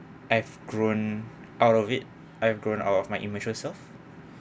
I've grown out of it I've grown out of my immature self